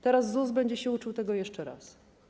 Teraz ZUS będzie się uczył tego jeszcze raz.